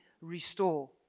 restore